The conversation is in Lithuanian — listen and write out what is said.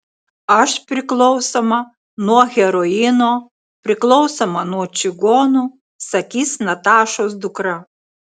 aš priklausoma nuo heroino priklausoma nuo čigonų sakys natašos dukra